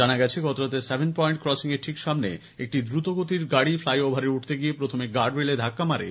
জানা গেছে গতরাতে সেভেন পয়েন্ট ক্রসিং এর ঠিক সামনে একটি দ্রুতগতির গাড়ি ফ্লাইওভারে উঠতে গিয়ে প্রথমে গার্ডরেলে ধাক্কা মারে